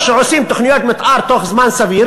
או שעושים תוכניות מתאר בתוך זמן סביר